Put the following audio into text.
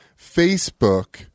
Facebook